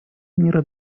мира